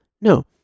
No